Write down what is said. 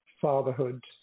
Fatherhood